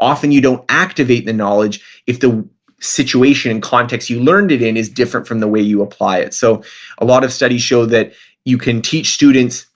often you don't activate the knowledge if the situation and context you learned it in is different from the way you apply it. so a lot of studies show that you can teach students